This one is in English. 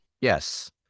Yes